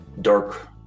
dark